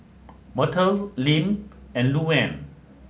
Myrtle Lim and Louann